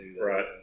Right